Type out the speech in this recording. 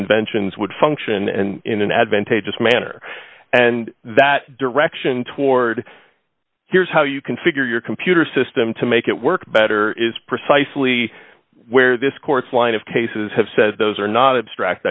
inventions would function and in an advantageous manner and that direction toward here's how you configure your computer system to make it work better is precisely where this court's line of cases have said those are not